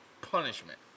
punishment